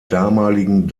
damaligen